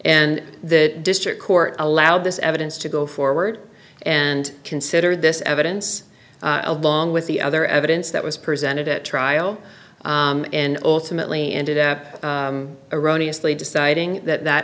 and the district court allowed this evidence to go forward and consider this evidence along with the other evidence that was presented at trial and ultimately ended up erroneous lee deciding that